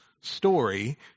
story